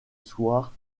soir